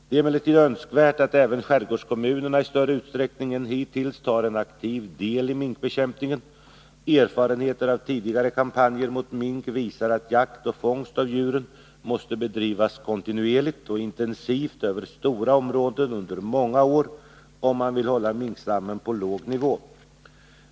Det är emellertid önskvärt att även skärgårdskommunerna i större utsträckning än hittills tar en aktiv del i minkbekämpningen. Erfarenheter av tidigare kampanjer mot mink visar att jakt och fångst av djuren måste bedrivas kontinuerligt och intensivt över stora områden under många år om man vill hålla minkstammen på låg nivå.